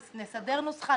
נסדר נוסחה,